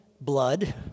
blood